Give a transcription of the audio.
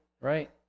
right